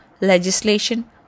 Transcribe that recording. legislation